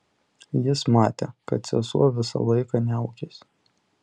jis matė kad sesuo visą laiką niaukėsi